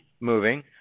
moving